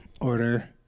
order